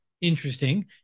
interesting